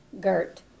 Gert